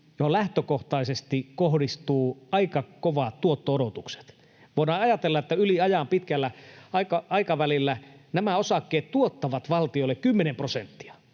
johon lähtökohtaisesti kohdistuvat aika kovat tuotto-odotukset. Voidaan ajatella, että pitkällä aikavälillä nämä osakkeet tuottavat valtiolle 10 prosenttia.